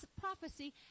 prophecy